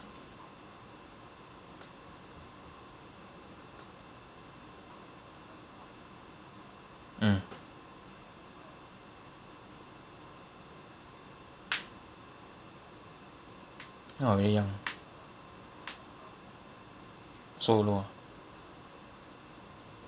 mm orh very young solo ah